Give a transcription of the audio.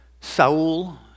Saul